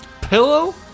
Pillow